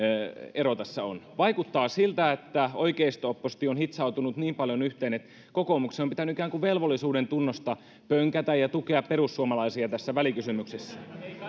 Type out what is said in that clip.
ero tässä on vaikuttaa siltä että oikeisto oppositio on hitsautunut niin paljon yhteen että kokoomuksen on pitänyt ikään kuin velvollisuudentunnosta pönkätä ja tukea perussuomalaisia tässä välikysymyksessä